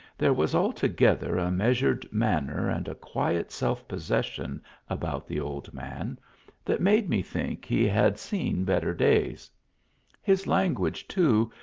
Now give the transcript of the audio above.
there was altogether a measured manner and a quiet self possession about the old man that made me think he had seen better days his language, too,